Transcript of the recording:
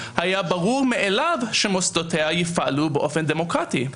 היה ברור מאליו שמוסדותיה יפעלו באופן דמוקרטי.